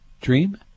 dream